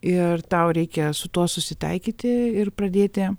ir tau reikia su tuo susitaikyti ir pradėti